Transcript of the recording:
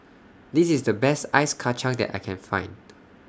This IS The Best Ice Kachang that I Can Find